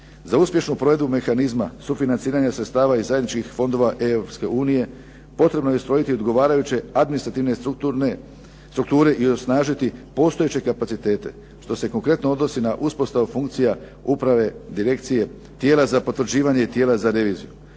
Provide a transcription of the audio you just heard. Za uspješnu provedbu mehanizma sufinanciranja sredstava iz zajedničkih fondova Europske unije potrebno je ustrojiti odgovarajuće administrativne strukture i osnažiti postojeće kapacitete, što se konkretno odnosi na uspostavu funkcija uprave direkcije tijela za potvrđivanje i tijela za reviziju.